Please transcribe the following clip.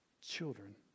children